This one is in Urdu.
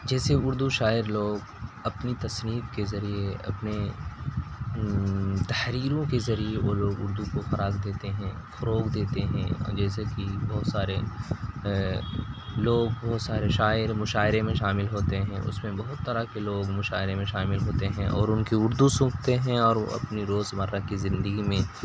جیسے اردو شاعر لوگ اپنی تصنیف کے ذریعے اپنے تحریروں کے ذریعے وہ لوگ اردو کو فروغ دیتے ہیں فروغ دیتے ہیں اور جیسے کہ بہت سارے لوگ بہت سارے شاعر مشاعرے میں شامل ہوتے ہیں اس میں بہت طرح کے لوگ مشاعرے میں شامل ہوتے ہیں اور ان کی اردو سنتے ہیں اور اپنی روزمرہ کی زندگی میں